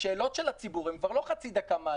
השאלות של הציבור הן כבר לא חצי דקה מענה,